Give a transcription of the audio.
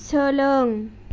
सोलों